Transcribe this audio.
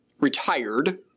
retired